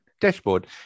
dashboard